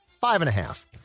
five-and-a-half